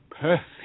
perfect